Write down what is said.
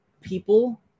people